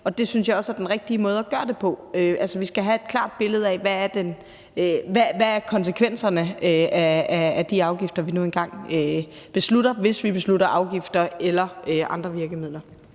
Det synes jeg også er den rigtige måde gøre det på. Vi skal have et klart billede af, hvad konsekvenserne er af de afgifter, vi beslutter os for – hvis vi beslutter os for afgifter – eller konsekvenserne